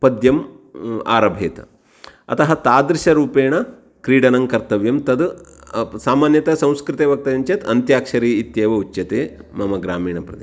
पद्यम् आरभेत अतः तादृशरूपेण क्रीडनं कर्तव्यं तद् सामान्यतया संस्कृते वक्तव्यं चेत् अन्त्याक्षरी इत्येव उच्यते मम ग्रामीणप्रदेशे